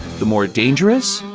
the more dangerous,